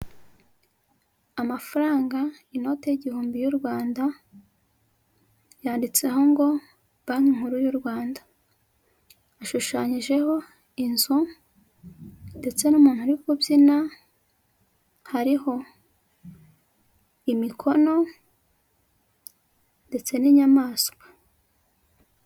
Amafaranga inote y igihumbi y'u Rwanda, yanditseho ngo banki nkuru y'u Rwanda, ishushanyijeho inzu ndetse n'umuntu uri kubyina hariho imikono ndetse n'inyamaswa.